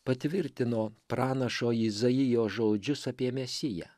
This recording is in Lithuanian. patvirtino pranašo izaijo žodžius apie mesiją